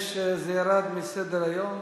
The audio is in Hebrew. זה ירד מסדר-היום.